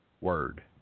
word